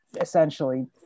essentially